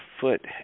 foot